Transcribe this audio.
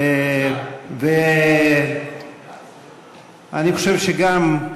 אני חושב שגם,